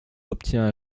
obtient